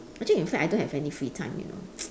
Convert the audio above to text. actually in fact I don't have any free time you know